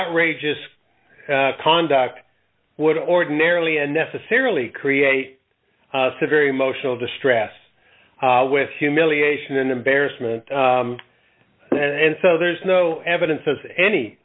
outrageous conduct would ordinarily unnecessarily create severe emotional distress with humiliation and embarrassment and so there's no evidence of any